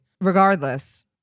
Regardless